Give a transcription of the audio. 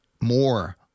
More